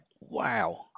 Wow